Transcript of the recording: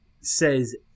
says